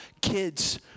Kids